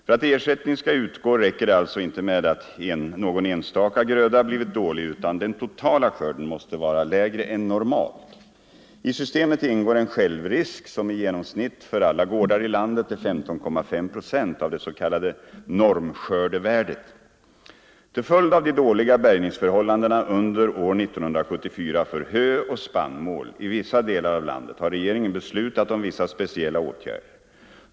För att ersättning skall utgå räcker det alltså inte med att någon enstaka gröda blivit dålig utan den totala skörden måste vara lägre än normalt. I systemet ingår en självrisk som i genomsnitt för alla gårdar i landet är 15,5 96 av det s.k. normskördevärdet. och spannmål i vissa delar av landet har regeringen beslutat om vissa speciella åtgärder.